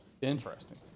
Interesting